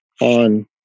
on